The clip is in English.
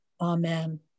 Amen